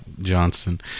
Johnson